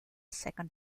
second